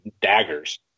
daggers